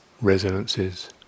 resonances